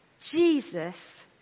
Jesus